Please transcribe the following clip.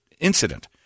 incident